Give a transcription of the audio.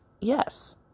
yes